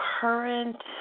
current